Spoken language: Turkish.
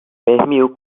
fehmiu